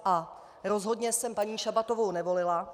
A rozhodně jsem paní Šabatovou nevolila.